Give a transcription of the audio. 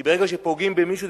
כי ברגע שפוגעים במישהו,